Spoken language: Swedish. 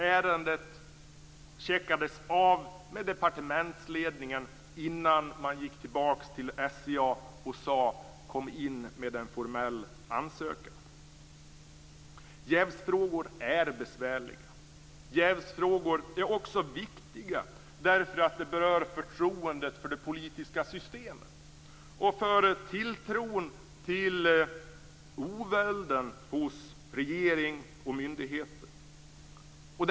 Ärendet checkades av med departementsledningen innan man gick tillbaka till SCA och sade: Kom in med en formell ansökan. Jävsfrågor är besvärliga. De är också viktiga, eftersom de berör förtroendet för det politiska systemet och för tilltron till ovälden hos regeringen och myndigheterna.